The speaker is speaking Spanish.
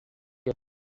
que